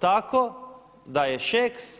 Tako da je Šeks